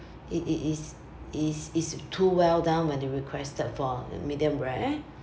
it it is is is too well done when they requested for medium rare